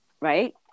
Right